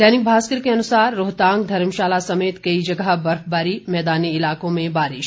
दैनिक भास्कर के अनुसार रोहतांग धर्मशाला समेत कई जगह बर्फबारी मैदानी इलाकों में बारिश